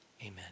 Amen